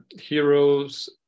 heroes